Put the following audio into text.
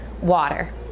water